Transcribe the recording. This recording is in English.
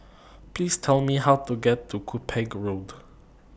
Please Tell Me How to get to Cuppage Road